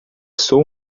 sou